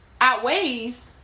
outweighs